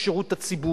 אמר לנו השלטון המקומי